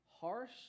harsh